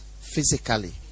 physically